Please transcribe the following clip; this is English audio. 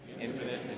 infinite